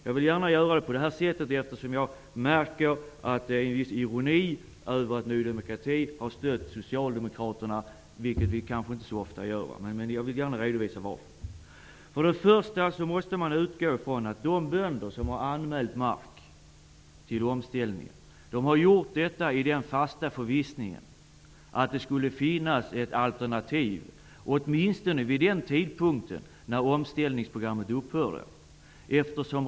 Jag vill gärna göra det på detta sätt, eftersom jag märker att det förekommer en viss ironi över att Ny demokrati har stött Socialdemokraterna. Det gör vi kanske inte så ofta. Jag vill gärna redovisa varför vi har gjort det. För det första måste man utgå från att de bönder som har anmält mark till omställning har gjort det i den fasta förvissningen att det skulle finnas ett alternativ åtminstone vid den tidpunkt då omställningsprogrammet upphör.